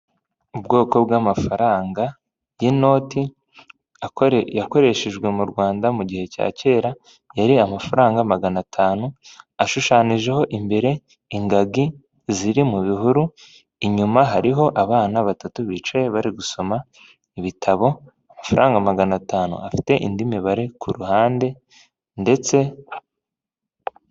Ubwoko bw'amafaranga y'inoti yakoreshejwe mu Rwanda mu gihe cya kera ,yari amafaranga magana atanu ashushananyijeho imbere ingagi ziri mu bihuru ,inyuma hariho abana batatu bicaye bari gusoma ibitabo. Amafaranga magana atanu afite indi mibare ku ruhande ndetse.